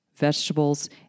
vegetables